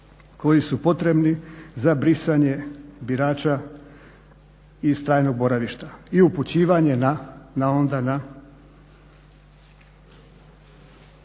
koji su potrebni za brisanje birača iz trajnog boravišta i upućivanje onda na